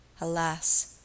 Alas!—